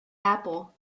apple